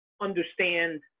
understand